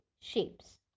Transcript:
shapes